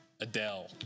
Adele